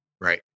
Right